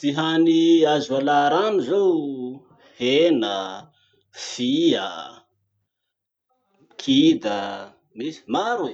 Ty hany azo alà rano zao: hena, fia, kida, maro eh!